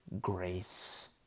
grace